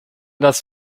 das